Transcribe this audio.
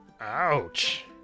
Ouch